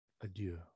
adieu